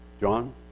John